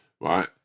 right